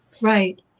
right